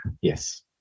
yes